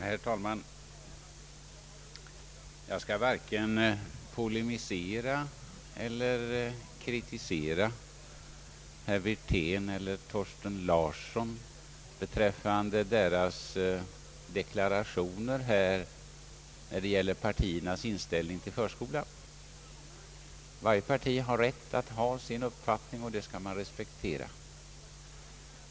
Herr talman! Jag skall varken polemisera mot eller kritisera herr Wirtén och herr Thorsten Larsson för deras deklarationer om partiernas inställning till förskolan. Varje parti har rätt att hävda sin uppfattning; det skall man respektera.